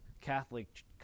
Catholic